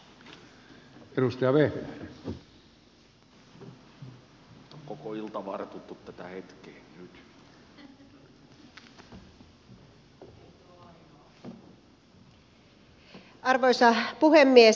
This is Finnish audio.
arvoisa puhemies